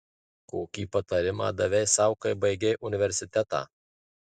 kokį patarimą davei sau kai baigei universitetą